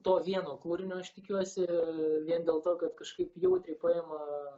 to vieno kūrinio aš tikiuosi vien dėl to kad kažkaip jautriai paima